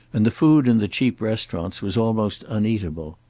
and the food in the cheap restaurants was almost uneatable.